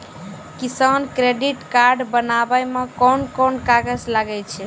किसान credit card बनाबै मे कोन कोन कागज लागै छै?